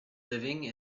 living